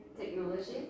technology